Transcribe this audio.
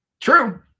True